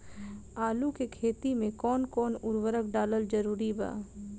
आलू के खेती मे कौन कौन उर्वरक डालल जरूरी बा?